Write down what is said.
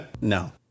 No